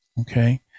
okay